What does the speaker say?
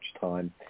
time